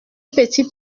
petit